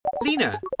Lena